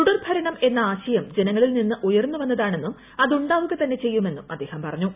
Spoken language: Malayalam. തുടർ ഭരണം എന്ന ആശയം ജനങ്ങളിൽ നിന്ന് ഉയർന്നു വന്നതാണെന്നും അത് ഉണ്ടാവുക തന്നെ ചെയ്യുമെന്നും അദ്ദേഹം പറഞ്ഞു